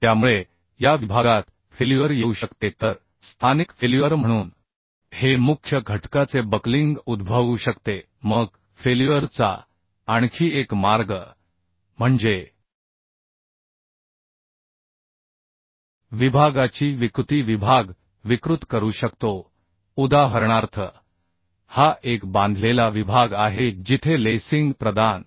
त्यामुळे या विभागात फेल्युअर येऊ शकते तर स्थानिक फेल्युअर म्हणून हे मुख्य घटकाचे बक्लिंग उद्भवू शकते मग फेल्युअर चा आणखी एक मार्ग म्हणजे विभागाची विकृती विभाग विकृत करू शकतो उदाहरणार्थ हा एक बांधलेला विभाग आहे जिथे लेसिंग प्रदान